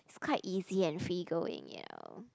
is quite easy and free going ya